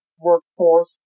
workforce